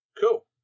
Cool